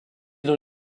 dans